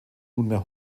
nunmehr